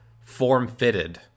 form-fitted